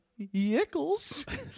yickles